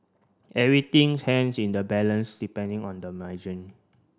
everything hangs in the balance depending on the